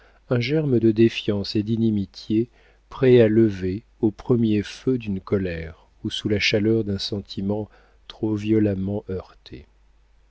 un germe de défiance et d'inimitié prêt à lever au premier feu d'une colère ou sous la chaleur d'un sentiment trop violemment heurté